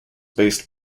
based